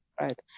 right